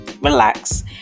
relax